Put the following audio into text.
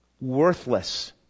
worthless